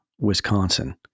Wisconsin